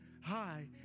high